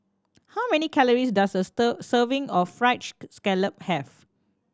how many calories does a serving of fried scallop have